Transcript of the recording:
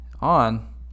on